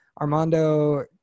Armando